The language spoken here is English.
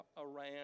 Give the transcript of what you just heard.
Iran